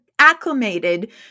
acclimated